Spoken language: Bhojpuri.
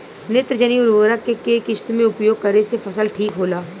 नेत्रजनीय उर्वरक के केय किस्त मे उपयोग करे से फसल ठीक होला?